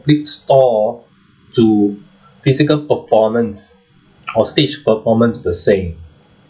~plete stall to physical performance or stage performance per se